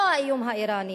לא האיום האירני.